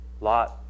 lot